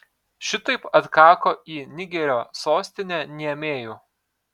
šitaip atkako į nigerio sostinę niamėjų